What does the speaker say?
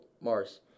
mars